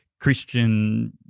Christian